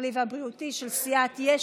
הכלכלי והבריאותי, של סיעת יש